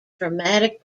traumatic